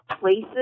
places